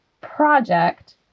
project